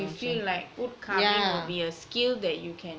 so you feel that woodcarving would be a skill that you can